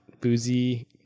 boozy